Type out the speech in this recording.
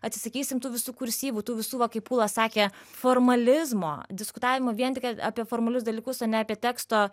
atsisakysim tų visų kursyvu tų visų va kaip ūla sakė formalizmo diskutavimo vien tik apie formalius dalykus o ne apie teksto